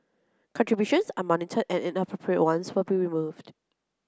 contributions are monitored and inappropriate ones will be removed